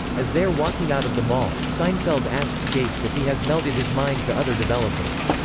as they are walking out of the mall, seinfeld asks gates if he has melded his mind to other developers.